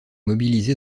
mobilisé